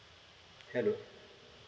hello